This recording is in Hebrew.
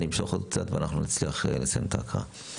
אני אמשוך עוד קצת ואנחנו נצליח לסיים את ההקראה.